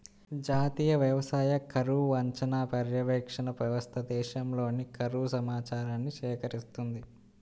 జాతీయ వ్యవసాయ కరువు అంచనా, పర్యవేక్షణ వ్యవస్థ దేశంలోని కరువు సమాచారాన్ని సేకరిస్తుంది